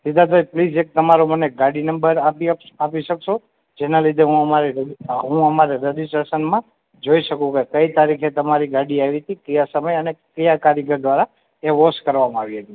સિદ્ધાર્થ ભાઈ પ્લીઝ એક તમારો મને ગાડી નંબર આપી હક આપી શકશો જેના લીધે હું અમારી રજિ હું અમારે રાજીસ્ટ્રેશનમાં જોઈ શકું કે કઈ તારીખે તમારી ગાડી આવી હતી કયા સમયે અને કયા કારીગર દ્વારા તે વૉશ કરવામાં આવી હતી